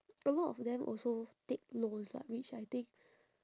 a lot of them also take loans lah which I think